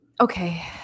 okay